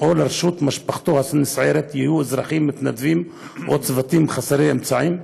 או לרשות משפחתו הנסערת יהיו אזרחים מתנדבים או צוותים חסרי אמצעים?